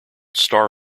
star